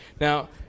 Now